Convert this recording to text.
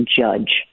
judge